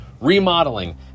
remodeling